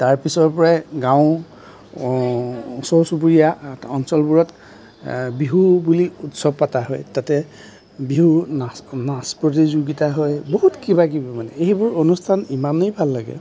তাৰ পিছৰ পৰাই গাঁও ওচৰ চুবুৰীয়া অঞ্চলবোৰত বিহু বুলি উৎসৱ পতা হয় তাতে বিহু নাচ নাচ প্ৰতিযোগীতা হয় বহুত কিবাকিবি মানে সেইবোৰ অনুষ্ঠান ইমানেই ভাল লাগে